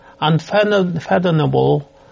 unfathomable